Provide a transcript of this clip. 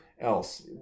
else